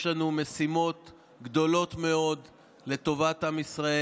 יש לנו משימות גדולות מאוד לטובת עם ישראל.